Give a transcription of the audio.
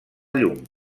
llum